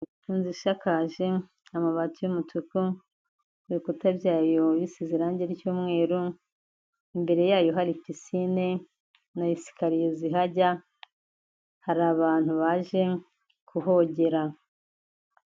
Inzu isakaje amabati y'umutuku, ibikuta byayo bisize irangi ry'mweru, imbere yayo hari pisinine na sekariye zihajya; hari abantu baje kuhogerana.